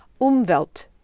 Umwelt